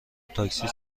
تاکسی